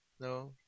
No